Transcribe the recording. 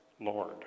Lord